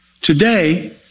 Today